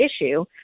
issue